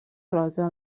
rosa